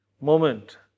moment